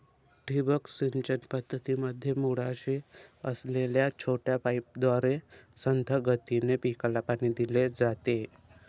ठिबक सिंचन पद्धतीमध्ये मुळाशी असलेल्या छोट्या पाईपद्वारे संथ गतीने पिकाला पाणी दिले जाते